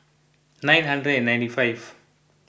nine hundred and ninety five